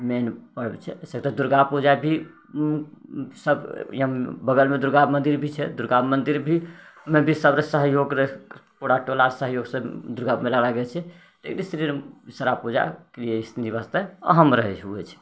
मेन पर्व छै ऐसे तऽ दुर्गा पूजा भी सभ यहाँ बगलमे दुर्गा मन्दिर भी छै दुर्गा मन्दिर भीमे भी सभरे सहयोग रहै पूरा टोलाके सहयोगसँ दुर्गा मेला लागै छै लेकिन इसनि विषहारा पूजा एहि सनि वास्ते अहम रहै छै होइ छै